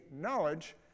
knowledge